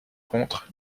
contre